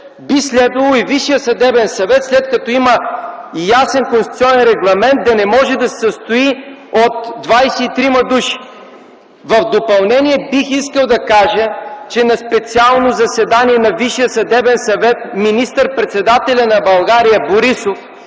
съвет, след като има ясен конституционен регламент, да не може да се състои от 23 души. В допълнение бих искал да кажа, че на специално заседание на Висшия съдебен съвет министър-председателят на България Борисов,